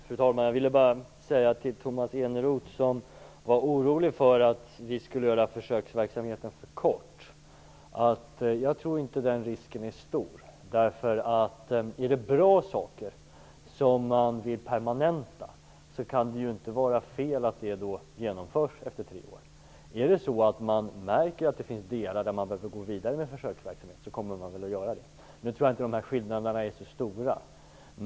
Fru talman! Till Tomas Eneroth, som var orolig för att vi skulle göra försöksverksamheten för kort, vill jag säga att jag inte tror att den risken är stor. Om det är bra saker som man vill permanenta kan det ju inte vara fel att det genomförs efter tre år. Om man märker att det finns delar där man behöver gå vidare med försöksverksamheten så kommer man väl att göra det. Nu tror jag inte att dessa skillnader är så stora.